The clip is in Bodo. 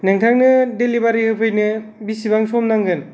नोंथांनो डिलिबारि होफैनो बिसिबां सम नांगोन